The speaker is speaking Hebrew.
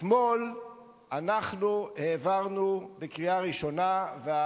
אתמול אנחנו העברנו בקריאה ראשונה,